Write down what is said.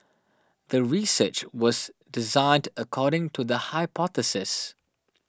the research was designed according to the hypothesis